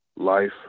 life